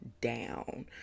down